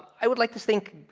i would like to think,